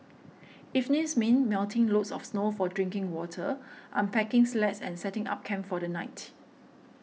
evenings mean melting loads of snow for drinking water unpacking sleds and setting up camp for the night